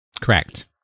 Correct